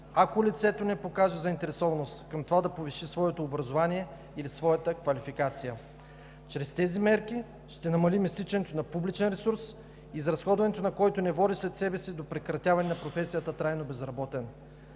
ако лицето не покаже заинтересованост към това да повиши своето образование или квалификация. Чрез тези мерки ще намалим изтичането на публичен ресурс, изразходването на който не води след себе си до прекратяване на професията „трайно безработен“.